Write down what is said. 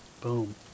Boom